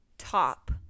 Top